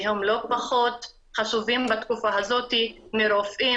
שהם לא פחות חשובים בתקופה הזאת מרופאים,